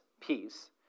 peace